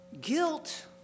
guilt